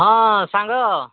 ହଁ ସାଙ୍ଗ